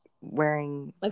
wearing